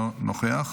אינו נוכח,